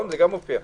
כן.